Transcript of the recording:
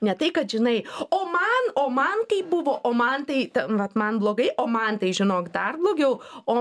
ne tai kad žinai o man o man kaip buvo o man tai ten vat man blogai o man tai žinok dar blogiau o